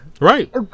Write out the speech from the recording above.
Right